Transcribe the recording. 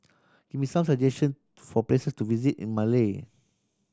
give me some suggestion for place to visit in Male